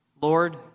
Lord